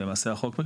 למעשה החוק,